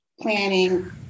planning